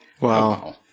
Wow